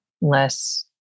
less